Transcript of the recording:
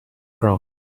ground